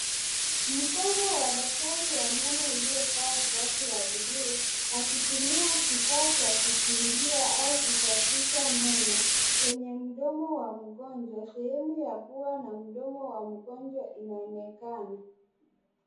Mkono wa daktari wa meno uliyovaa glavu ya blue akitumia kifaa cha kuchimbia au kusafisha meno kwenye mdomo wa mgonjwa, sehemu ya pua na mdomo wa mgonjwa inaonekana.